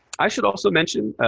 i should also mention,